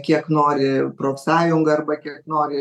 kiek nori profsąjunga arba kiek nori